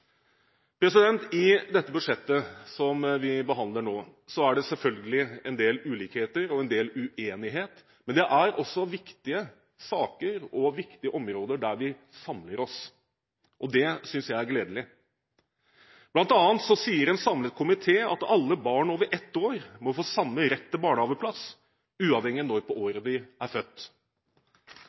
ønsker. I dette budsjettet vi behandler nå, er det selvfølgelig en del ulikheter og en del uenighet, men det er også viktige saker og viktige områder der vi samler oss. Det synes jeg er gledelig. Blant annet sier en samlet komité at «alle barn over 1 år må få samme rett til barnehageplass, uavhengig av når på året de er født».